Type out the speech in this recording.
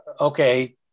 okay